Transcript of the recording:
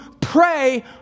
pray